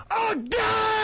AGAIN